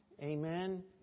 Amen